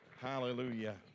Hallelujah